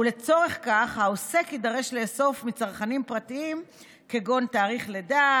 ולצורך כך העוסק יידרש לאסוף מצרכנים פרטים כגון תאריך לידה,